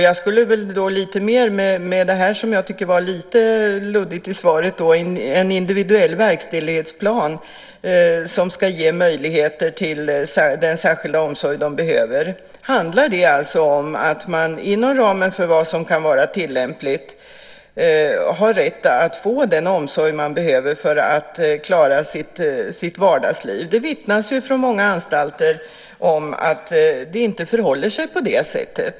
Det nämndes lite luddigt i svaret om en individuell verkställighetsplan som ska ge möjligheter till den särskilda omsorg som behövs. Handlar det om att inom ramen för vad som kan vara tillämpligt ha rätt att få den omsorg man behöver för att klara sitt vardagsliv? Det vittnas från många anstalter om att det inte förhåller sig på det sättet.